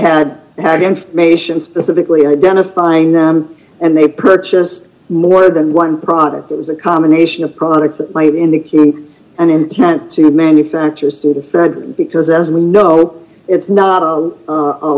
had information specifically identifying them and they purchased more than one product that was a combination of products that might indicate an intent to manufacture sudafed because as we know it's not